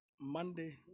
Monday